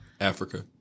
Africa